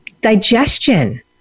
digestion